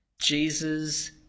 Jesus